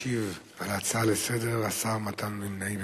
ישיב על ההצעה לסדר-היום השר מתן וילנאי.